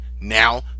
now